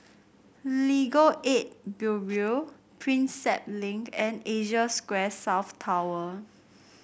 Legal Aid Bureau Prinsep Link and Asia Square South Tower